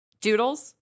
doodles